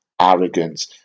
arrogance